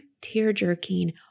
tear-jerking